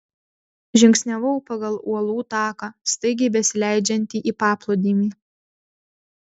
žingsniavau pagal uolų taką staigiai besileidžiantį į paplūdimį